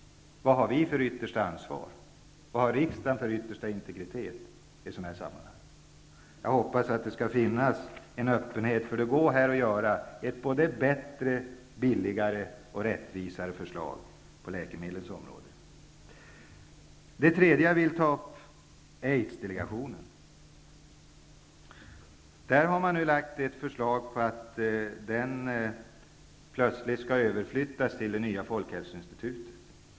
Vad har vi för yttersta ansvar? Vad har riksdagen för yttersta integritet i sådana här sammanhang? Jag hoppas att det skall finnas en öppenhet. Det går att lägga fram ett bättre, billigare och rättvisare förslag på läkemedlens område. Som en tredje punkt vill jag ta upp Aidsdelegationen. Man har nu lagt fram ett förslag om att delegationen skall flyttas över till det nya folkhälsoinstitutet.